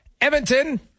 Edmonton